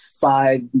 five